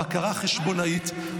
בקרה חשבונאית,